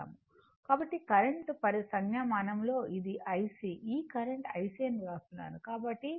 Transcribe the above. కాబట్టి కరెంట్ సంజ్ఞామానం లో ఇది IC ఈ కరెంట్ IC అని వ్రాస్తున్నాను